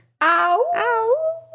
Ow